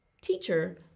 teacher